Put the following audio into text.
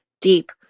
deep